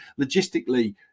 Logistically